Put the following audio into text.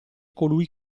colui